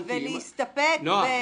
ולהסתפק --- נועה,